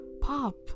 pop